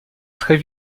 très